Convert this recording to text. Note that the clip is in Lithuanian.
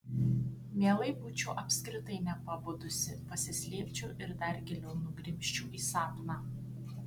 mielai būčiau apskritai nepabudusi pasislėpčiau ir dar giliau nugrimzčiau į sapną